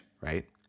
right